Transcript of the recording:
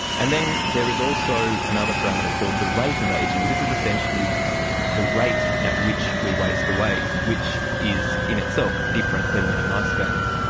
and then there is also another parameter called the rate of ageing. this is essentially the rate at which we waste away, which is in itself, different than mean life spans.